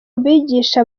bigisha